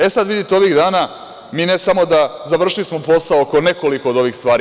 E, sada, vidite, ovih dana mi ne samo da završismo posao oko nekoliko od ovih stvari.